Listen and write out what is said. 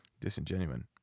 disingenuine